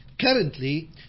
currently